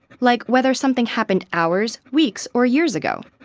like whether something happened hours, weeks, or years ago.